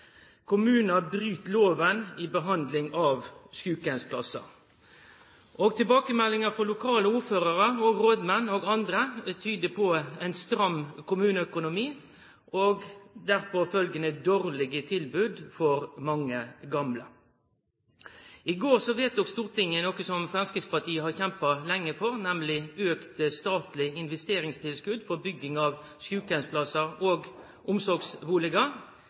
kommunar bryt loven i behandling av sjukeheimssøknader. Tilbakemeldingar frå lokale ordførarar, rådmenn og andre tyder på ein stram kommuneøkonomi og dårlege tilbod for mange gamle som følgje av det. I går vedtok Stortinget noko som Framstegspartiet har kjempa lenge for, nemleg auka statleg investeringstilskot for bygging av sjukeheimsplassar og